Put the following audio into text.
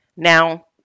Now